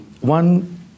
one